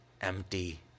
empty